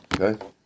Okay